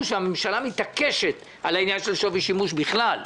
והממשלה מתעקשת על העניין של שווי שימוש בכלל,